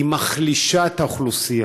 מחלישה את האוכלוסייה.